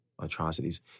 atrocities